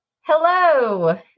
Hello